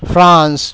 France